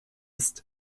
ist